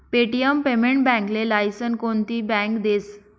Paytm payment बॅकले licence कोनती bank देस?